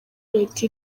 leta